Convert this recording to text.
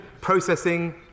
processing